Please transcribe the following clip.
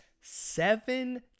seven